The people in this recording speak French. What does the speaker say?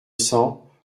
cents